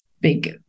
big